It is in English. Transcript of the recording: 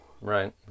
Right